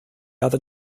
other